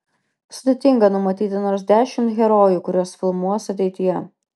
sudėtinga numatyti nors dešimt herojų kuriuos filmuos ateityje